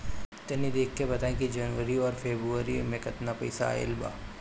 तनी देख के बताई कि जौनरी आउर फेबुयारी में कातना रुपिया आएल बा?